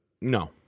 No